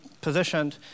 positioned